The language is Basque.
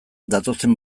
datozen